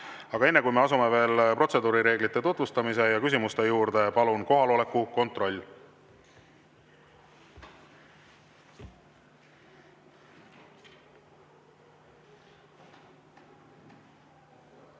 Aga enne, kui me asume protseduurireeglite tutvustamise ja küsimuste juurde, palun kohaloleku kontroll. Tere